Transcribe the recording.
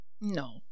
No